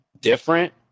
different